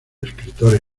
escritores